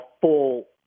full